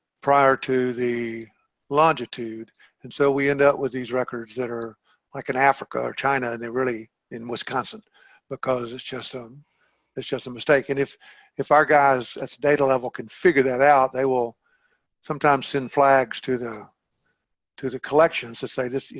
prior to the longitude and so we end up with these records that are like in africa or china and they're really in wisconsin because it's just some um it's just a mistake. and if if our guys at the data level can figure that out they will sometimes send flags to the to the collections to say this, you